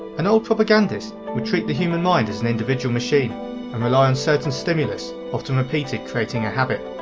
an old propagandist would treat the human mind as an individual machine and rely on certain stimulus often repeated creating a habit.